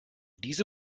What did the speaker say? diese